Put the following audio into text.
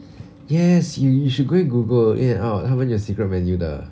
yes yo~ you should go and Google In-N-Out 他们有 secret menu 的